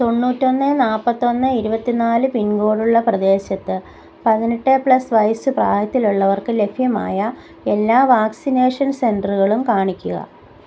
തൊണ്ണൂറ്റൊന്ന് നാൽപ്പത്തൊന്ന് ഇരുപത്തി നാല് പിൻകോഡുള്ള പ്രദേശത്ത് പതിനെട്ട് പ്ലസ് വയസ്സ് പ്രായത്തിലുള്ളവർക്ക് ലഭ്യമായ എല്ലാ വാക്സിനേഷൻ സെൻ്ററുകളും കാണിക്കുക